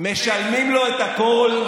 משלמים לו את הכול,